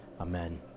amen